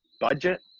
budget